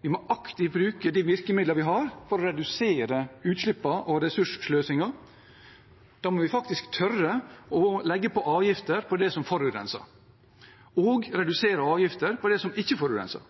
Vi må aktivt bruke de virkemidler vi har, for å redusere utslippene og ressurssløsingen. Da må vi faktisk tørre å legge avgifter på det som forurenser, og redusere avgifter på det som ikke forurenser.